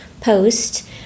post